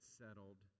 settled